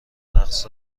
رقص